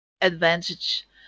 advantage